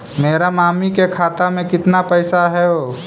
मेरा मामी के खाता में कितना पैसा हेउ?